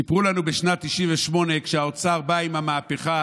סיפרו לנו בשנת 1998, כשהאוצר בא עם המהפכה